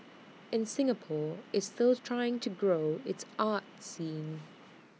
and Singapore is still trying to grow its arts scene